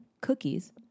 Cookies